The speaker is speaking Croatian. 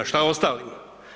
Šta ostalima?